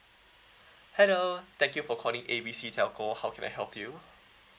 hello thank you for calling A B C telco how can I help you